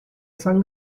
san